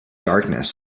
darkness